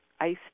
ice